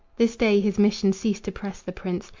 this day his mission ceased to press the prince,